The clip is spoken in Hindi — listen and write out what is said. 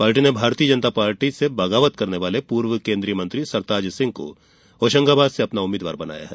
पार्टी ने भारतीय जनता पार्टी से बगावत करने वाले पूर्व केन्द्रीय मंत्री सरताज सिंह को होशंगाबाद से अपना उम्मीदवार बनाया है